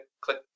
click